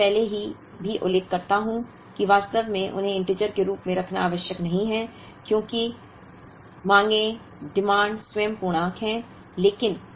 मैं थोड़ा पहले भी उल्लेख करता हूं कि वास्तव में उन्हें पूर्णांक इंटिजर के रूप में रखना आवश्यक नहीं है क्योंकि मांगें स्वयं पूर्णांक हैं